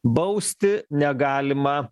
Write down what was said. bausti negalima